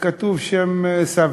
וכתוב השם של סבתא.